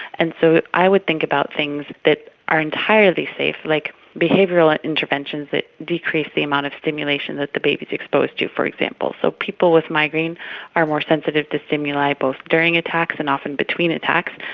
and so i would think about things that are entirely safe, like behavioural interventions that decrease the amount of stimulation that the baby is exposed to, for example. so people with migraine are more sensitive to stimuli both during attacks and often between attacks,